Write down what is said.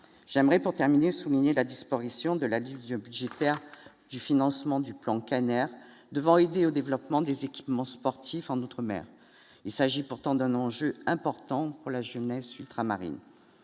j'aimerais, pour terminer, souligner la disparition de la budgétaire du financement du plan Kenner devant aider au développement des équipements sportifs en outre-mer, il s'agit pourtant d'un enjeu important pour la jeunesse ultramarines,